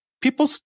People